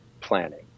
planning